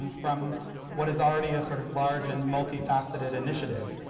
um from what is already a sort of large and multi facetted initiative.